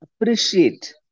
appreciate